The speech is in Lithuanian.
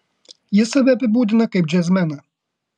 jis save apibūdina kaip džiazmeną